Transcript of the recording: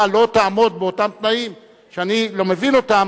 לא תעמוד באותם תנאים שאני לא מבין אותם,